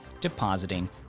depositing